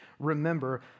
remember